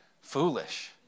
Foolish